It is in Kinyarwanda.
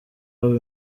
baba